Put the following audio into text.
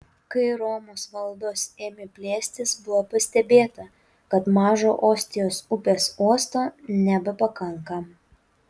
kai romos valdos ėmė plėstis buvo pastebėta kad mažo ostijos upės uosto nebepakanka